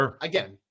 again